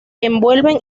envuelven